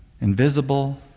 Invisible